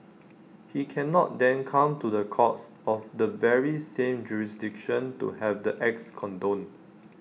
he cannot then come to the courts of the very same jurisdiction to have the acts condoned